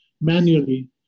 manually